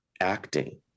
acting